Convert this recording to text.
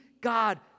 God